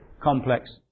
complex